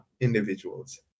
individuals